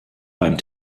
beim